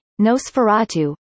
Nosferatu